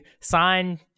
sign